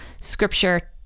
scripture